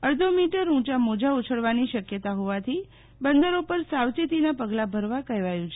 અડધો મીટર ઊંચા મોજા ઉછડવાની શક્યતા હોવાથી બંદરો પર સાવચેતીના પગલા ભરવા કહેવાયું છે